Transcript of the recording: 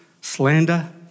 slander